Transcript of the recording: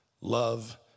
love